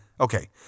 Okay